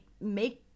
make